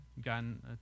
gotten